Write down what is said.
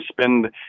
spend